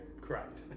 Correct